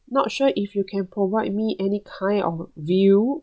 not sure if you can provide me any kind of view